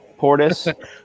Portis